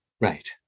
Right